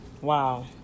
Wow